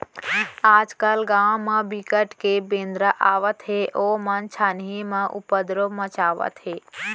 आजकाल गाँव म बिकट के बेंदरा आवत हे ओमन छानही म उपदरो मचावत हे